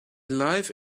life